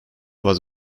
was